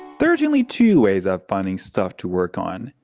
there are generally two ways of finding stuff to work on.